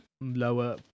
lower